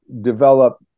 develop